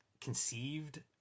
conceived